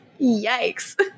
Yikes